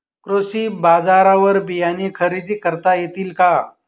कृषी बाजारवर बियाणे खरेदी करता येतील का?